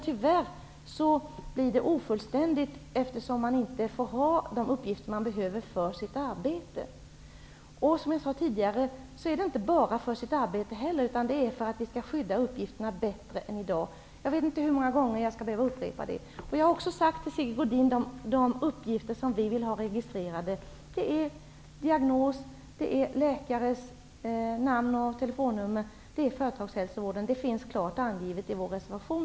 Tyvärr blir det ofullständigt, eftersom de uppgifter inte tillåts som man behöver i sitt arbete. Som jag också sagt tidigare avses inte bara det egna arbetet. Det handlar nämligen också om att uppgifterna skall skyddas bättre än som i dag är fallet. Jag vet inte hur många gånger jag skall behöva upprepa det. Vidare har jag sagt till Sigge Godin att de uppgifter som vi vill ha registrerade gäller diagnoser, läkares namn och telefonnummer samt företagshälsovården. Detta finns klart angivet i vår reservation.